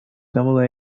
double